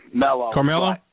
Carmelo